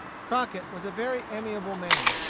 crockett was a very amiable man.